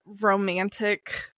romantic